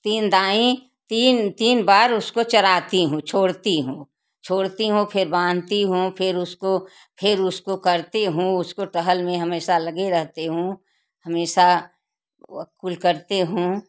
तीन ढाई तीन तीन बार उसको चराती हूँ छोड़ती हूँ छोड़ती हूँ फिर बांधती हूँ फिर उसको फिर उसको करती हूँ उसको टहल में हमेशा लगी रहती हूँ हमेसा व कुल करती हूँ